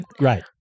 right